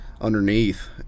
underneath